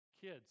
Kids